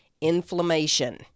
inflammation